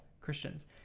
christians